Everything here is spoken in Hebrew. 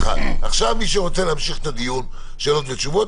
מי שרוצה להמשיך את הדיון עם שאלות ותשובות,